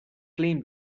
claim